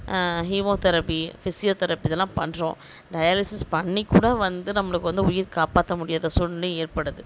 chemotherapy physiotherapy இதெல்லாம் பண்றோம் dialysis பண்ணிக்கூட வந்து நம்மளுக்கு வந்து உயிர் காப்பாற்ற முடியாத சூழ்நிலை ஏற்படுது